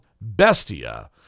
bestia